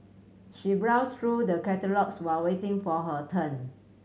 she browsed through the catalogues while waiting for her turn